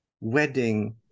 wedding